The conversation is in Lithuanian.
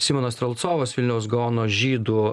simonas strelcovas vilniaus gaono žydų